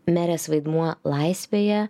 merės vaidmuo laisvėje